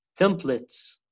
templates